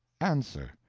answer.